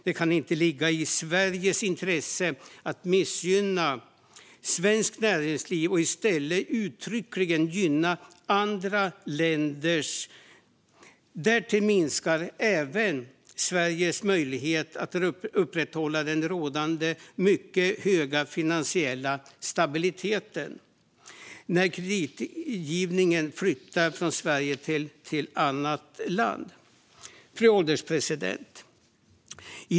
Det kan inte ligga i Sveriges intresse att missgynna svenskt näringsliv och i stället uttryckligen gynna andra länders. Därtill minskar även Sveriges möjligheter att upprätthålla den rådande mycket höga finansiella stabiliteten när kreditgivningen flyttar från Sverige till annat land. Fru ålderspresident!